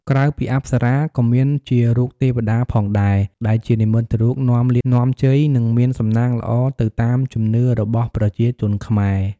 ក្រៅពីអប្សរាក៏មានជារូបទេវតាផងដែរ ដែលជានិមិត្តរូបនាំលាភនាំជ័យ និងមានសំណាងល្អទៅតាមជំនឿរបស់ប្រជាជនខ្មែរ។